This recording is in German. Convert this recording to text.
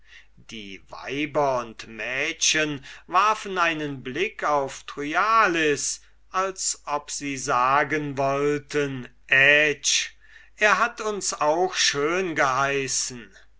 die weiber und mädchen warfen einen blick auf thryallis als ob sie sagen wollten ätsch er hat uns auch schön geheißen